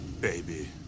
baby